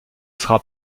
sera